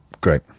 Great